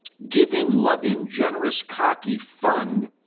giving, loving, generous, cocky, fun